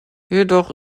jedoch